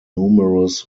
numerous